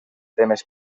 temes